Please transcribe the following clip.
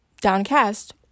downcast